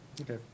Okay